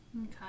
Okay